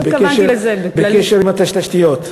אלא בקשר עם התשתיות.